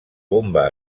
bomba